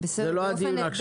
זה לא הדיון עכשיו.